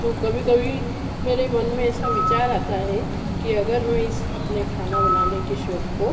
तो कभी कभी मेरे मन में ऐसा विचार आता हे कि अगर मैं इस अपने खाना बनाने के शौक़ को